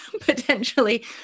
potentially